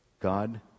God